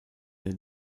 den